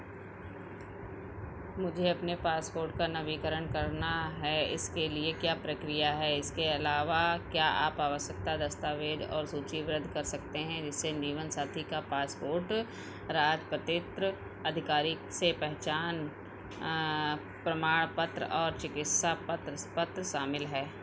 मुझे अपने पासपोर्ट का नवीकरण करना है इसके लिए क्या प्रक्रिया है इसके अलावा क्या आप आवश्यकता दस्तावेज़ सूचीबद्ध कर सकते हैं जिससे जीवनसाथी का पासपोर्ट अधिकारी से पहचान प्रमाण पत्र और चिकित्सा पत्र पत्र शामिल हैं